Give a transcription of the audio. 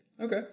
Okay